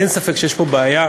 אין ספק שיש פה בעיה,